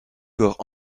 corps